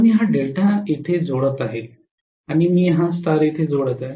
तर मी हा डेल्टा येथे जोडत आहे आणि मी हा स्टार येथे जोडत आहे